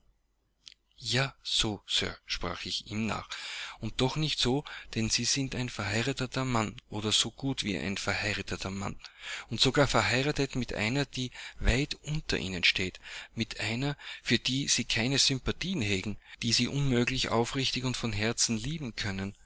ja so sir sprach ich ihm nach und doch nicht so denn sie sind ein verheirateter mann oder so gut wie ein verheirateter mann und sogar verheiratet mit einer die weit unter ihnen steht mit einer für die sie keine sympathie hegen die sie unmöglich aufrichtig und von herzen lieben können